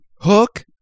Hook